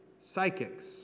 psychics